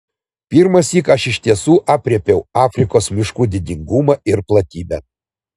pirmąsyk aš iš tiesų aprėpiau afrikos miškų didingumą ir platybę